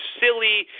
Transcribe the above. silly